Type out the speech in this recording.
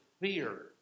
fear